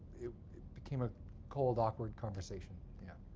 it became a cold awkward conversation. yeah